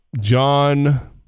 John